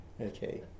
Okay